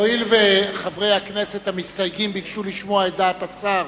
הואיל וחברי הכנסת המסתייגים ביקשו לשמוע את דעת השר,